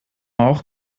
auch